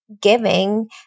giving